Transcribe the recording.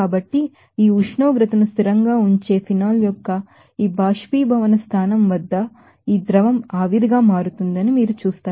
కాబట్టి ఈ ఉష్ణోగ్రతను స్థిరంగా ఉంచే ఫినాల్ యొక్క ఈ బొయిలింగ్ పాయింట్ వద్ద ఈ ద్రవం ఆవిరి గా మారుతుందని మీరు చూస్తారు